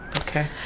Okay